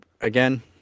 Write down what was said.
again